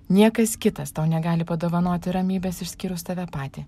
niekas kitas tau negali padovanoti ramybės išskyrus tave patį